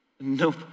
Nope